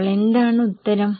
അപ്പോൾ എന്താണ് ഉത്തരം